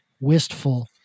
wistful